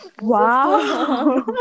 Wow